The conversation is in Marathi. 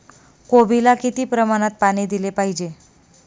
कोबीला किती प्रमाणात पाणी दिले पाहिजे?